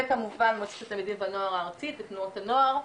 וכמובן מועצת התלמידים והנוער הארצית ותנועות הנוער.